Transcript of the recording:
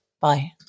Bye